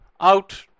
out